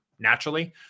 naturally